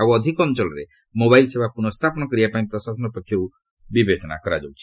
ଆଉ ଅଧିକ ଅଞ୍ଚଳରେ ମୋବାଇଲ୍ ସେବା ପୁନଃସ୍ଥାପନ କରିବାପାଇଁ ପ୍ରଶାସନ ପକ୍ଷର୍ତ ବିବେଚନା କରାଯାଉଛି